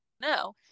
no